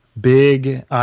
big